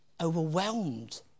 overwhelmed